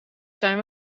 zijn